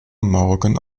morgen